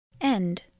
End